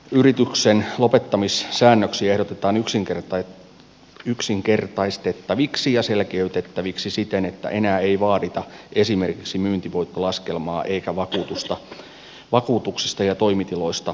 yrityksen lopettamissäännöksiä ehdotetaan yksinkertaistettaviksi ja selkeytettäviksi siten että enää ei vaadita esimerkiksi myyntivoittolaskelmaa eikä vakuutuksista ja toimitiloista luopumista